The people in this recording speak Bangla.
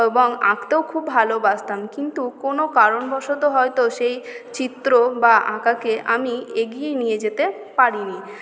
এবং আঁকতেও খুব ভালোবাসতাম কিন্তু কোনো কারণ বসত হয়তো সেই চিত্র বা আঁকাকে আমি এগিয়ে নিয়ে যেতে পারিনি